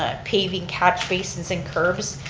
ah paving catch basins and curves.